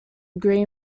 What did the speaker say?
degree